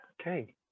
Okay